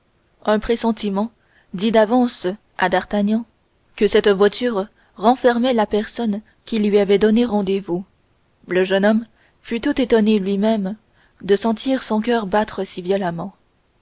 un pressentiment dit d'avance à d'artagnan que cette voiture renfermait la personne qui lui avait donné rendez-vous le jeune homme fut tout étonné lui-même de sentir son coeur battre si violemment